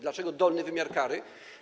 Dlaczego dolny wymiar kary?